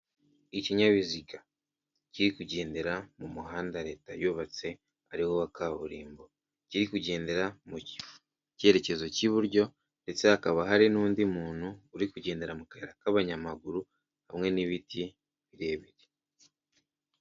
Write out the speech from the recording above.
Ikinyabiziga kiri kugendera mu muhanda leta yubatse ariwo wa kaburimbo. Kiri kugendera mu cyerekezo cy'iburyo ndetse hakaba hari n'undi muntu uri kugendera mu kayira k'abanyamaguru hamwe n'ibiti birebire.